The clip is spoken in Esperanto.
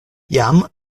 jam